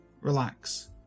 relax